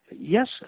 Yes